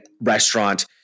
restaurant